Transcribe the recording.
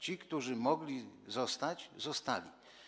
Ci, którzy mogli zostać, zostali.